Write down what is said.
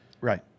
Right